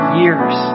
years